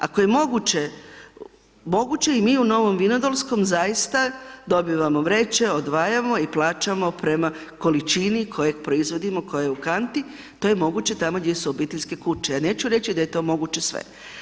Ako je moguće, moguće je, i mi u Novom Vinodolskom zaista dobivamo vreće, odvajamo i plaćamo prema količini kojeg proizvodimo, koje je u kanti, to je moguće tamo gdje su obiteljske kuće, ja neću reći da je to moguće sve.